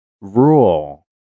rule